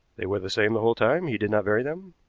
they were the same the whole time? he did not vary them?